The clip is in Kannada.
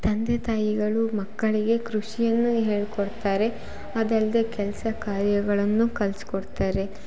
ತಂದೆ ತಾಯಿಗಳು ಮಕ್ಕಳಿಗೆ ಕೃಷಿಯನ್ನು ಹೇಳಿಕೊಡ್ತಾರೆ ಅದಲ್ಲದೆ ಕೆಲಸ ಕಾರ್ಯಗಳನ್ನು ಕಲಿಸ್ಕೊಡ್ತಾರೆ